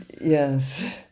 Yes